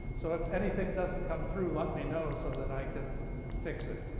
so if anything doesn't come through, let me know so that i can fix it.